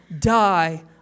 die